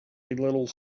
little